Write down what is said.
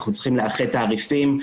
אנחנו צריכים לאחד תעריפים.